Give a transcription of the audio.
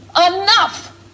enough